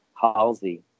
Halsey